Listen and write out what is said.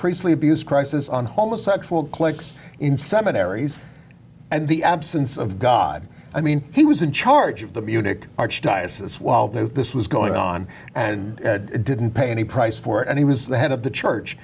priestly abuse crisis on homosexual cliques in seminaries and the absence of god i mean he was in charge of the buick archdiocese while the this was going on and didn't pay any price for it and he was the head of the church